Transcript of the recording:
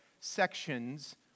sections